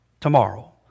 tomorrow